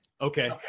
Okay